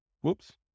Whoops